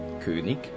König